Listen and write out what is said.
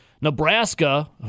nebraska